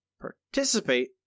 participate